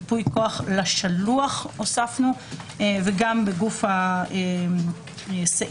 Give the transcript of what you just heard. ייפוי כוח לשלוח הוספנו גם לגוף הסעיף,